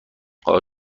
آیا